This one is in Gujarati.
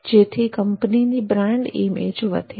જેથી કંપનીની બ્રાન્ડ ઈમેજ વધે